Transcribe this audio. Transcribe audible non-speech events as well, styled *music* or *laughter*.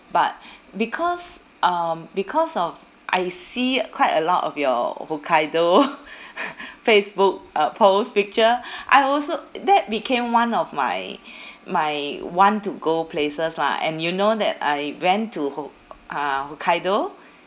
but because um because of I see quite a lot of your hokkaido *laughs* facebook uh post picture I also that became one of my my want to go places lah and you know that I went to hokk~ uh hokkaido